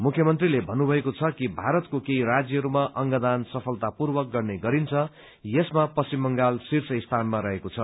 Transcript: मुख्यमन्त्रीले भन्नुभएको छ कि भारतको केही राज्यहरूमा अंगदान सफलतापूर्वक गर्ने गरिन्छ यसमा पश्चिम बंगाल शीर्ष स्थानमा रहेको छ